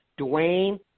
Dwayne